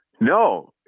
No